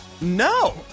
No